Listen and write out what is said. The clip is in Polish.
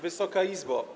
Wysoka Izbo!